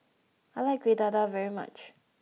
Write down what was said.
I like kueh dadar very much